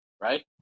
right